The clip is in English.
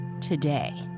today